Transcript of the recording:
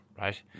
right